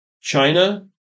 China